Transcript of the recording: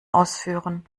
ausführen